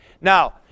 Now